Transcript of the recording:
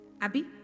Abby